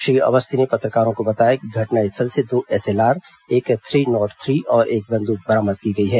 श्री अवस्थी ने पत्रकारों को बताया कि घटनास्थल से दो एसएलआर एक थ्री नॉट थ्री और एक बन्दूक बरामद की गई है